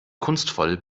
kunstvolle